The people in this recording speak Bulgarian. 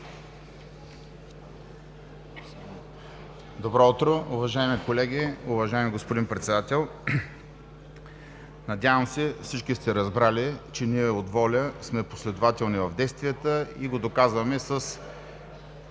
Добро утро! Уважаеми колеги, уважаеми господин Председател! Надявам се всички сте разбрали, че ние от „Воля“ сме последователни в действията и го доказваме с